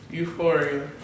Euphoria